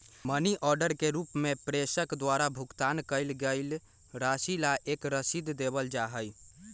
money order के रूप में प्रेषक द्वारा भुगतान कइल गईल राशि ला एक रसीद देवल जा हई